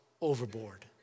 overboard